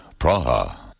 Praha